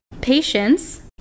Patience